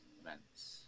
events